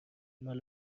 مال